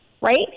right